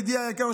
ידידי היקר,